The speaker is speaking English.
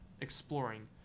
exploring